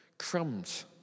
crumbs